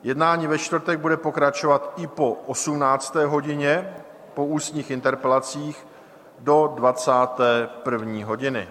Jednání ve čtvrtek bude pokračovat i po 18. hodině, po ústních interpelacích, do 21. hodiny.